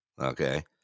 Okay